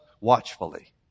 watchfully